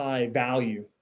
value